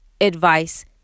advice